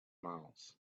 miles